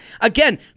again